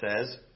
says